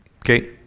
okay